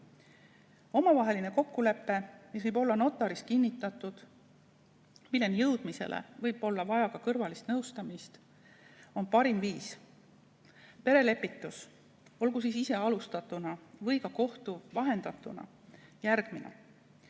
Omavaheline kokkulepe, mis võib olla notari juures kinnitatud ja milleni jõudmiseks võib olla vaja läinud ka kõrvalist nõustamist, on parim viis. Perelepitus, olgu ise alustatuna või ka kohtu vahendatuna, on järgmine